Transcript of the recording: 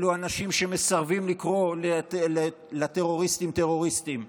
אלו אנשים שמסרבים לקרוא לטרוריסטים "טרוריסטים".